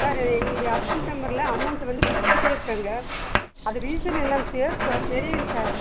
sir எங்களுடைய account நம்பர்ல amount வந்து பிடிச்சிட்டே இருக்காங்கள் அது ரீசன் என்னன்னு தெ தெரியல சார்